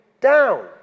down